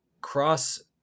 cross